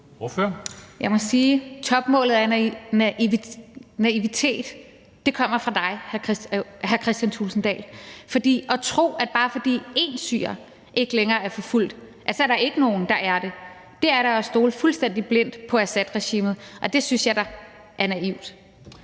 Jeg må sige, at topmålet af naivitet kommer fra hr. Kristian Thulesen Dahl. For at tro, at bare fordi én syrer ikke længere er forfulgt, er der ikke nogen, der er det, er da at stole fuldstændig blindt på Assadregimet, og det synes jeg da er naivt.